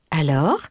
Alors